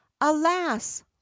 alas